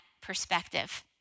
perspective